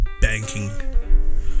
banking